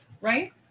right